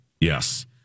Yes